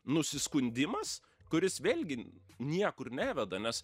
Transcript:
nusiskundimas kuris vėlgi niekur neveda nes